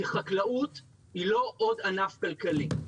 כי חקלאות היא לא עוד ענף כלכלי,